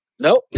Nope